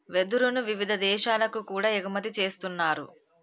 వెదురును వివిధ దేశాలకు కూడా ఎగుమతి చేస్తున్నారు